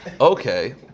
Okay